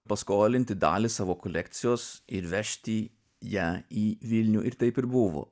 paskolinti dalį savo kolekcijos ir vežti ją į vilnių ir taip ir buvo